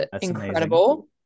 incredible